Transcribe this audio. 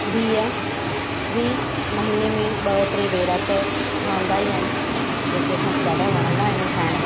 बिह बि महीने में ॿ टे भेरा त ठहंदा ई आहिनि जेके असांखे ॾाढा वणंदा आहिनि ठाहिण